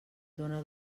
dóna